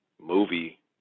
movie